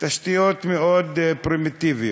תשתיות מאוד פרימיטיביות.